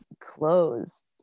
clothes